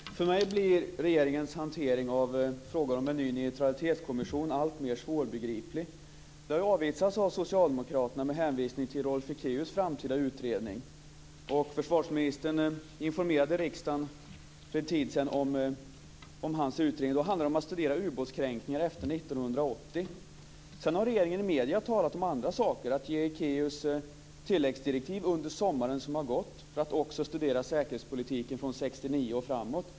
Fru talman! För mig blir regeringens hantering av frågan om en ny neutralitetskommission alltmer svårbegriplig. En sådan har avvisats av socialdemokraterna med hänvisning till Rolf Ekéus framtida utredning. Försvarsministern informerade riksdagen för en tid sedan om hans utredning, och då handlade det om att studera ubåtskränkningar efter 1980. Sedan har regeringen i medierna talat om andra saker, att ge Ekéus tilläggsdirektiv under sommaren som har gått för att också studera säkerhetspolitiken från 1969 och framåt.